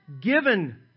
given